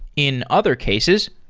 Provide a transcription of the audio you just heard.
in other cases,